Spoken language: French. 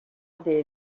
des